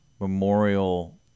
Memorial